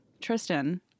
Tristan